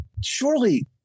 surely